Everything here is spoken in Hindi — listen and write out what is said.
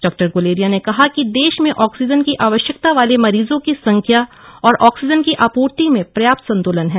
डॉ गुलेरिया ने कहा कि देश में ऑक्सीजन की आवश्यकता वाले मरीजों की संख्या और ऑक्सीजन की आपूर्ति में पर्याप्त संतुलन है